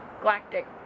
galactic